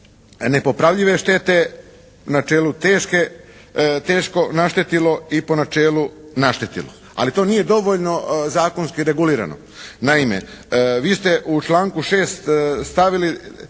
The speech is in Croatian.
nepopravljive štete, načelu teško naštetilo i po načelu naštetilo, ali to nije dovoljno zakonski regulirano. Naime, vi ste u članku 6. stavili